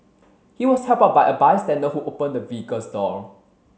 he was helped out by a bystander who opened the vehicle's door